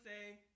say